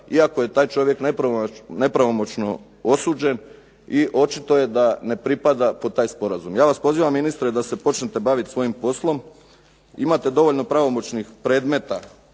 iako je taj čovjek nepravomoćno osuđen i očito je da ne pripada pod taj sporazum. Ja vas pozivam ministre da se počnete bavit svojim poslom. Imate dovoljno pravomoćnih predmeta